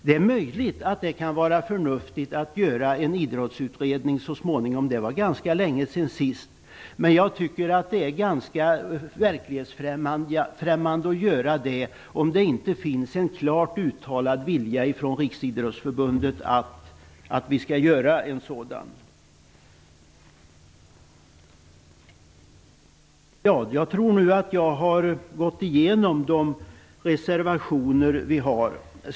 Det är möjligt att det kan vara förnuftigt att så småningom tillsätta en idrottsutredning - det var ganska länge sedan sist - men det vore ganska verklighetsfrämmande om det inte finns en klart uttalad vilja från Riksidrottsförbundet om att man vill att det skall göras en sådan utredning. Jag har nu gått igenom de reservationer som finns.